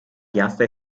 piazza